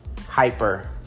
hyper